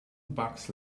bucks